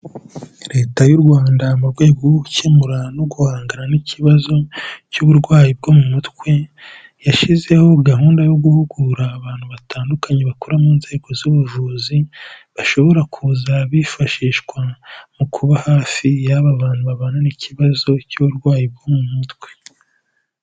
Leta y'u Rwanda mu rwego rwo gukemura no guhangana n'ikibazo cy'uburwayi bwo mu mutwe, yashyizeho gahunda yo guhugura abantu batandukanye bakora mu nzego z'ubuvuzi, bashobora kuza bifashishwa mu kuba hafi y'aba bantu babana n'ikibazo cy'uburwayi bwo mu mutwe.